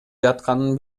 жатканын